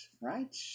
Right